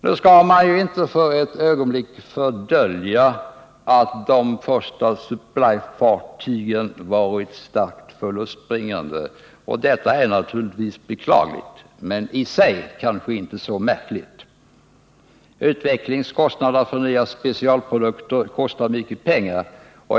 Nu skall man inte för ett ögonblick fördölja att de första supply-fartygen varit starkt förlustbringande. Detta är naturligtvis beklagligt, men i sig kanske inte så märkligt. Utvecklingen av nya specialprodukter kostar mycket pengar.